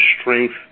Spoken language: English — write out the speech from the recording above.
strength